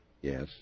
Yes